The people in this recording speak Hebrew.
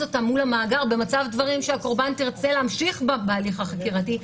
אותה מול המאגר שהקורבן תרצה להמשיך בהליך החקירתי,